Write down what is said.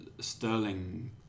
Sterling